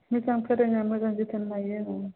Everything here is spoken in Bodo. मोजां फोरोङो मोजां जोथोन लायो औ